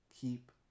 Keep